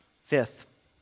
Fifth